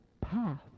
path